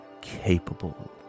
Capable